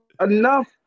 enough